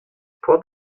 port